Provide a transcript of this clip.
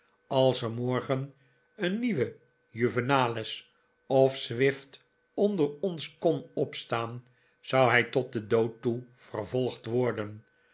als er morgen een nieuwe juvenalis of swift onder ons kon opstaan zou hij tot den dood toe vervolgd worden